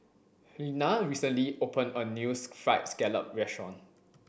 Helena recently opened a new fried scallop restaurant